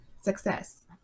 Success